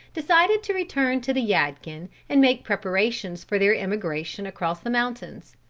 decided to return to the yadkin and make preparations for their emigration across the mountains.